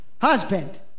husband